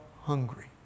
hungry